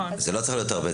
זה לא צריך להיות הרבה.